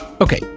Okay